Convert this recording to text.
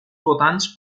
votants